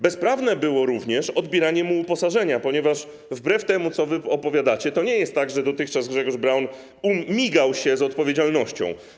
Bezprawne było również odbieranie mu uposażenia, ponieważ wbrew temu, co wy opowiadacie, to nie jest tak, że dotychczas Grzegorz Braun migał się od odpowiedzialności.